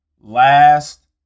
last